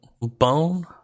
Bone